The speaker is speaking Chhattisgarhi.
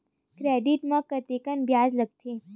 क्रेडिट मा कतका ब्याज लगथे?